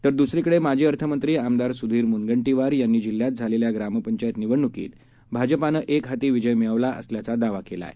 तरदुसरीकडेमाजीअर्थमंत्रीआमदारसुधीरमुनगंटीवारयांनीजि ल्ह्यातझालेल्याग्रामपंचायतनिवडणुकीतभाजपानंएकहातीविजयमिळवलाअसल्याचादा वाकेलाआहे